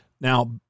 Now